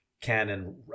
Canon